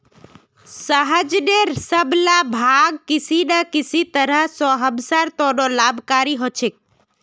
सहजनेर सब ला भाग किसी न किसी तरह स हमसार त न लाभकारी ह छेक